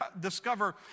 discover